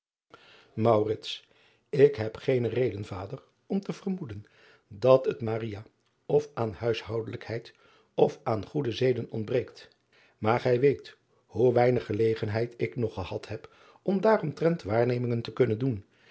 k heb geene reden vader om te vermoeden dat het of aan huishoudelijkheid of aan goede zeden ontbreekt aar gij weet hoe weinig gelegenheid ik nog gehad heb om daaromtrent waarnemingen te kunnen doen